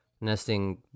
nesting